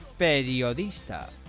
Periodista